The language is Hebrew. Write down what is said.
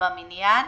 במניין